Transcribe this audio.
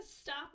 stop